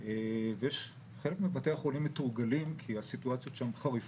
גם כשהתלונה לא הוגשה בשמם,